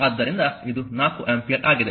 ಆದ್ದರಿಂದ ಇದು 4 ಆಂಪಿಯರ್ ಆಗಿದೆ